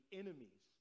enemies